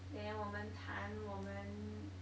then 我们谈我们